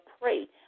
pray